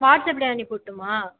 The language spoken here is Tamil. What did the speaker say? வாட்ஸ்ஆப்லேயே அனுப்பிவிடட்டுமா